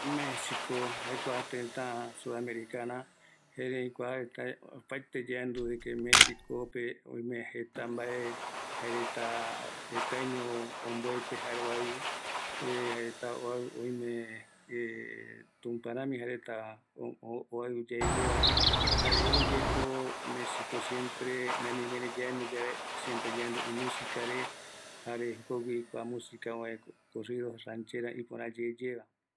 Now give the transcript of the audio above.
Kua tëtä mexico jaereta omboete yae ïtupä reta, jare iaretereta oeaukavare, oïmevi yaikua kua iyemongoi retare, corrido, ranchera Iporäyaeva